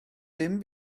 dim